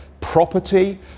property